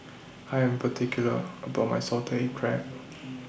I Am particular about My Salted Egg Crab